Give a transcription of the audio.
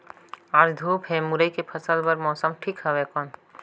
आज धूप हे मुरई के फसल बार मौसम ठीक हवय कौन?